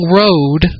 road